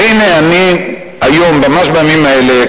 והנה אני ממש בימים אלה,